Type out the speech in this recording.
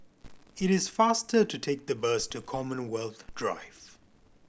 it is faster to take the bus to Commonwealth Drive